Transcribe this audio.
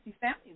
family